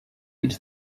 into